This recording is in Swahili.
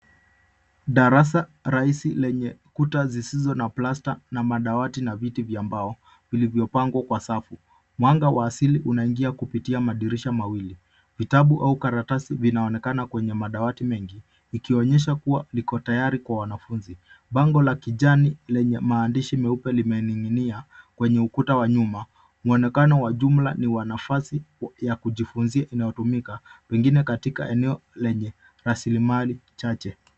Darasa kubwa lenye kuta zisizo na plasta, limewekewa madawati na viti vya mbao. Upande wa mbele kuna bango lililosafishwa, na mwanga wa asili unaingia kupitia madirisha mawili. Vitabu na makaratasi vimeonekana juu ya madawati mengi, jambo linaloonyesha kuwa darasa hilo liko tayari kwa wanafunzi.